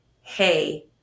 hey